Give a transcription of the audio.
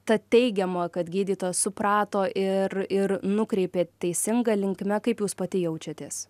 ta teigiama kad gydytojas suprato ir ir nukreipė teisinga linkme kaip jūs pati jaučiatės